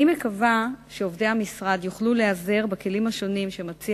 אני מקווה שעובדי המפעל יוכלו להיעזר בכלים שמציע